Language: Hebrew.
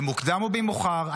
במוקדם או במאוחר,